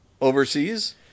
overseas